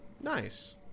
nice